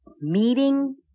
Meeting